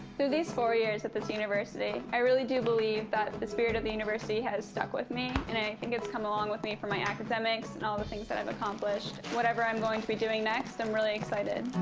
through these four years at this university i really do i do believe that the spirit of the university has stuck with me, and i think it's come along with me for my academics and all the things that i've accomplished. whatever i'm going to be doing next, i'm really excited.